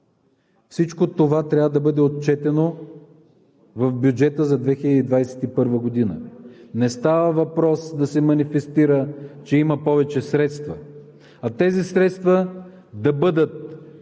Всичко това трябва да бъде отчетено в бюджета за 2021 г. Не става въпрос да се манифестира, че има повече средства, а тези средства да бъдат